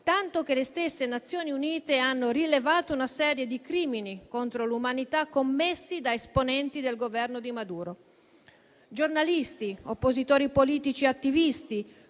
Venezuela. Le stesse Nazioni Unite hanno rilevato una serie di crimini contro l'umanità commessi da esponenti del Governo di Maduro: giornalisti, oppositori politici e attivisti